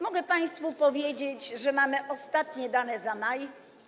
Mogę państwu powiedzieć, że mamy ostatnie dane, dane za maj.